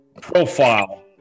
profile